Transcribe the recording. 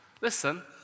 Listen